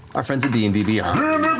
our friends at d and d beyond.